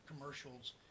commercials